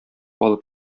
алып